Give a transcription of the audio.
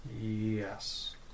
Yes